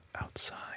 Outside